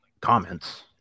comments